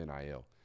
NIL